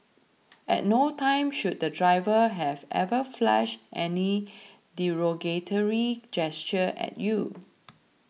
at no time should the driver have ever flashed any derogatory gesture at you